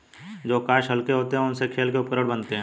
जो काष्ठ हल्के होते हैं, उनसे खेल के उपकरण बनते हैं